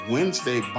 Wednesday